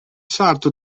sarto